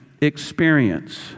experience